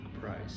price